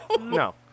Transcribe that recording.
no